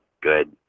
good